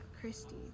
Christy